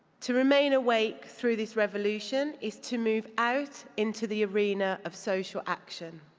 to remain awake through this revolution is to move out into the arena of social action.